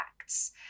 acts